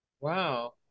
Wow